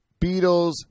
Beatles